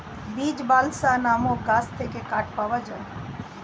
beech, balsa নামক গাছ থেকে কাঠ পাওয়া যায়